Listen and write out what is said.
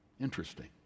interesting